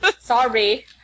Sorry